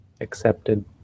accepted